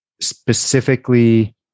specifically